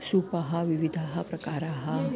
सूपाः विविधाः प्रकाराः